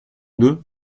d’eux